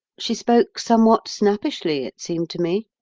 she spoke somewhat snappishly, it seemed to me.